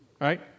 right